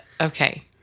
Okay